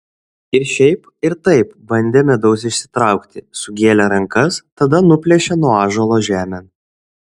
ir šiaip ir taip bandė medaus išsitraukti sugėlė rankas tada nuplėšė nuo ąžuolo žemėn